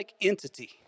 entity